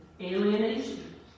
alienation